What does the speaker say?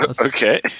Okay